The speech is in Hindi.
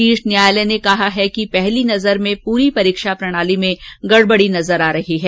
शीर्ष न्यायालय ने कहा है कि पहली नजर में पूरी परीक्षा प्रणाली में गड़बड़ी नजर आ रही है